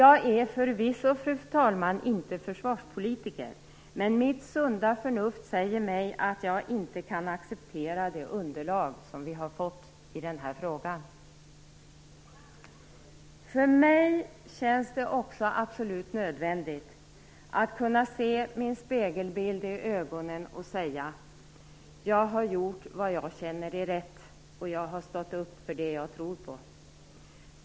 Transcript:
Jag är förvisso, fru talman, inte försvarspolitiker, men mitt sunda förnuft säger mig att jag inte kan acceptera det underlag som vi har fått i den här frågan. För mig känns det också absolut nödvändigt att kunna se min spegelbild i ögonen och säga: Jag har gjort vad jag känner är rätt, och jag har stått upp för det som jag tror på.